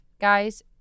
guys